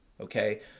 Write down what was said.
okay